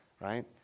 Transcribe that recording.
right